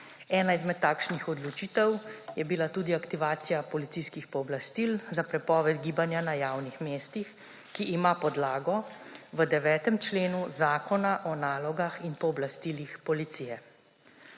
Ena izmed takšnih odločitev je bila tudi aktivacija policijskih pooblastil za prepoved gibanja na javnih mestih, ki ima podlago v 9. členu Zakona o nalogah in pooblastilih policije.